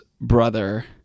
brother